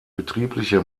betriebliche